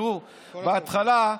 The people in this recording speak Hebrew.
בהתחלה,